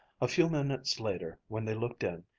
a few moments later when they looked in,